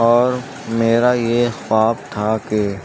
اور میرا یہ خواب تھا کہ